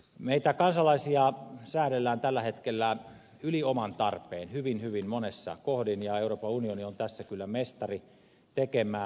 meitä kansalaisia säädellään tällä hetkellä yli oman tarpeen hyvin hyvin monessa kohdin ja euroopan unioni on tässä kyllä mestari tekemään